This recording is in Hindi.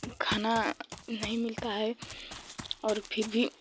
खाना नहीं मिलता है और फिर भी